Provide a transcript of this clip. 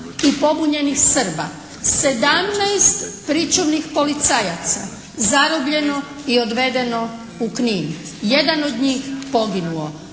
i pobunjenih Srba. 17 pričuvanih policajaca zarobljeno i odvedeno u Knin. Jedan od njih poginuo.